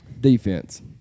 Defense